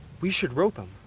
we should rope him!